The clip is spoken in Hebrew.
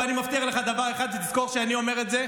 ואני מבטיח לך דבר אחד, ותזכור שאני אומר את זה,